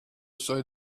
see